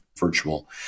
virtual